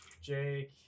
Jake